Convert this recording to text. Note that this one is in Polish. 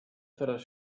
teraz